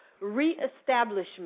reestablishment